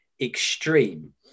extreme